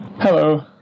hello